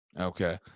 Okay